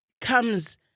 comes